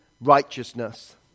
righteousness